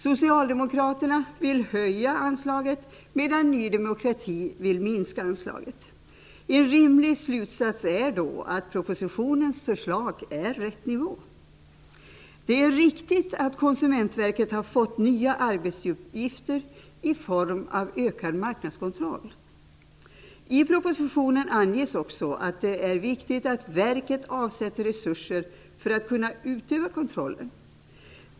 Socialdemokraterna vill höja anslaget, medan Ny demokrati vill minska anslaget. En rimlig slutsats beträffande propositionens förslag är att det är rätt nivå. Det är riktigt att Konsumentverket har fått nya arbetsuppgifter i form av en utökad marknadskontroll. I propositionen anges också att det är viktigt att verket avsätter resurser för att kunna utöva kontrollen.